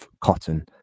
cotton